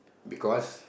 because